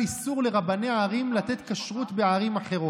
מה למנסור עבאס, האיש שהוא בעד מדינה יהודית,